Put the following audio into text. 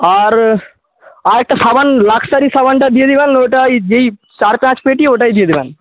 আর আর একটা সাবান লাক্সারি সাবানটা দিয়ে দেবেন ওটা ঐ এই চার পাঁচ পেটি ওটাই দিয়ে দেবেন